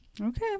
Okay